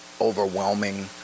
overwhelming